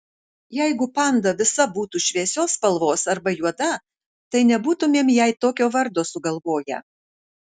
jeigu panda visa būtų šviesios spalvos arba juoda tai nebūtumėm jai tokio vardo sugalvoję